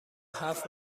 هفت